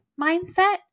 mindset